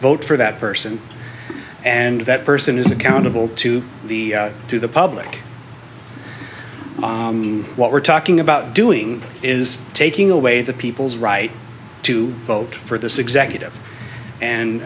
vote for that person and that person is accountable to the to the public what we're talking about doing is taking away the people's right to vote for this executive